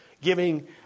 Giving